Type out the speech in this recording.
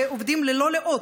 ועובדים ללא לאות,